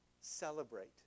celebrate